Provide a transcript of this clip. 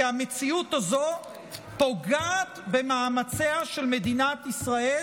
כי המציאות הזאת פוגעת במאמציה של מדינת ישראל